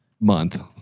month